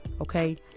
Okay